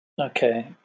okay